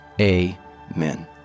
amen